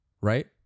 right